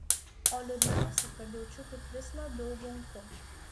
o liūdniausia kad jaučiu kaip vis labiau bunku